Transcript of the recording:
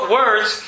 words